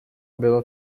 bylo